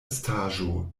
estaĵo